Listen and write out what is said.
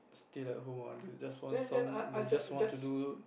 still at home ah they just want some they just want to do